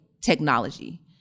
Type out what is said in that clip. technology